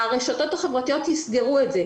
הרשתות החברתיות יסגרו את זה.